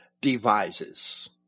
devises